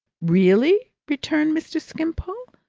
really? returned mr. skimpole.